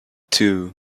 two